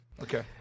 Okay